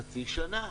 בחצי שנה.